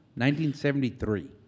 1973